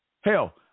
Hell